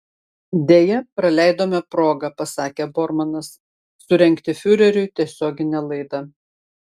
deja praleidome progą pasakė bormanas surengti fiureriui tiesioginę laidą